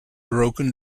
broken